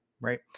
Right